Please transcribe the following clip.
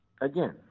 again